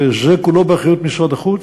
וזה כולו באחריות משרד החוץ.